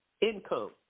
income